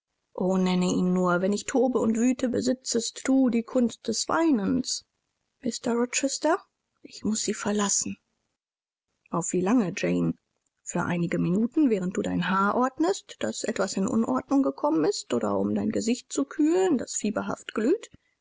nenne ihn nur wenn ich tobe und wüte besitzest du die kunst des weinens mr rochester ich muß sie verlassen auf wie lange jane für einige minuten während du dein haar ordnest das etwas in unordnung gekommen ist oder um dein gesicht zu kühlen das fieberhaft glüht